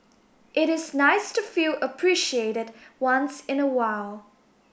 it is nice to feel appreciated once in a while